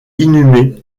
inhumé